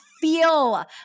feel